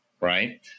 right